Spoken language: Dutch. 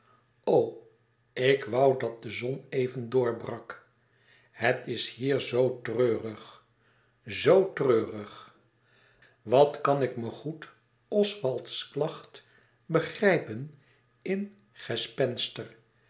o ik woû dat de zon even doorbrak het is hier zoo treurig zoo treurig wat kan ik me goed oswalds klacht begrijpen in